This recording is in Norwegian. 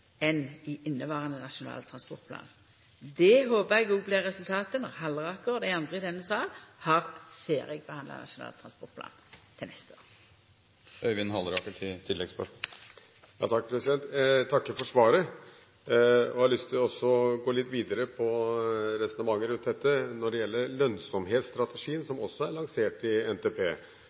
enn i inneverande Nasjonal transportplan. Det håpar eg òg blir resultatet når Halleraker og dei andre i denne salen har ferdigbehandla Nasjonal transportplan til neste år. Jeg takker for svaret. Jeg har lyst til å gå litt videre på resonnementet rundt dette når det gjelder lønnsomhetsstrategien som også er lansert i